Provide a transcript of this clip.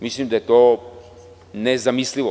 Mislim da je to nezamislivo.